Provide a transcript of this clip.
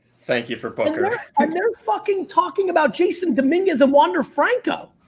thank you for poker. and they're fucking talking about jason dominguez and wander franco.